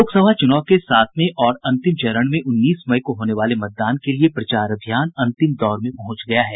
लोकसभा चुनाव के सातवें और अंतिम चरण में उन्नीस मई को होने वाले मतदान के लिए प्रचार अभियान अंतिम दौर में पहुंच गया है